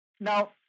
Now